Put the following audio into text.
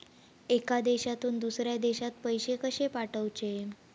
एका देशातून दुसऱ्या देशात पैसे कशे पाठवचे?